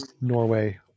Norway